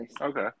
Okay